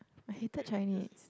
I hated Chinese